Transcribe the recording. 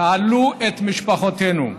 תעלו את משפחותינו.